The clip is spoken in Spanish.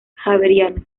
javeriana